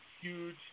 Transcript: huge